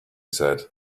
said